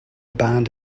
band